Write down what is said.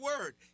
word